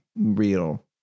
real